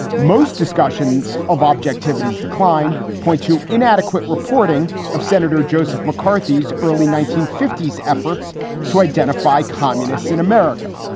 most discussions of objectivity is decline point to inadequate reporting of senator joseph mccarthy's early nineteen fifty s efforts to identify communists in america.